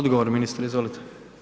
Odgovor ministre, izvolite.